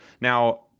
Now